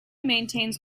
maintains